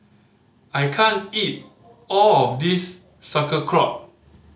I can't eat all of this Sauerkraut